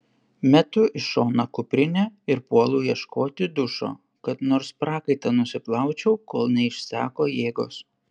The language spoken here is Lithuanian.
metu į šoną kuprinę ir puolu ieškoti dušo kad nors prakaitą nusiplaučiau kol neišseko jėgos